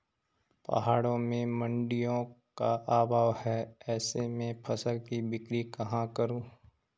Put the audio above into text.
पहाड़ों में मडिंयों का अभाव है ऐसे में फसल की बिक्री कहाँ करूँ?